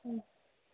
ಹ್ಞೂ